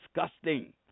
disgusting